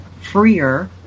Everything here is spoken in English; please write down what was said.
freer